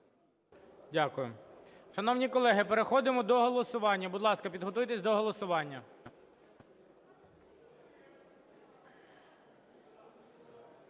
Дякую. Шановні колеги, переходимо до голосування. Будь ласка, підготуйтесь до голосування.